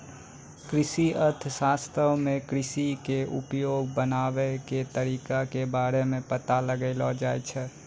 कृषि अर्थशास्त्रो मे कृषि के उपयोगी बनाबै के तरिका के बारे मे पता लगैलो जाय छै